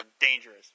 dangerous